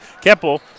Keppel